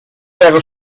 wäre